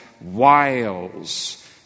wiles